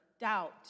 doubt